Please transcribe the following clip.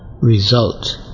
result